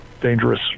dangerous